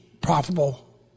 profitable